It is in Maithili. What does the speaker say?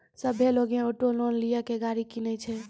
सभ्भे लोगै ऑटो लोन लेय के गाड़ी किनै छै